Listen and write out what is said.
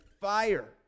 fire